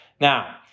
Now